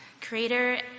creator